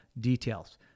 details